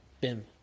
Bim